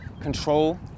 control